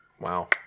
Wow